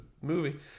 movie